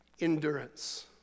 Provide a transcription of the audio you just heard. endurance